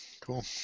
Cool